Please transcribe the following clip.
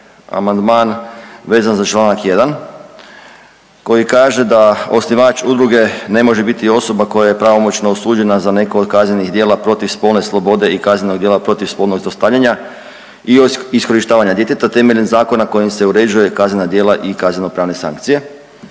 amandman vezan za članak 1. koji kaže da osnivač udruge ne može biti osoba koja je pravomoćno osuđena za neko od kaznenih djela protiv spolne slobode i kaznenog djela protiv spolnog zlostavljanja i iskorištavanja djeteta temeljem zakona kojim se uređuje kaznena djela i kazneno-pravne sankcije.